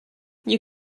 you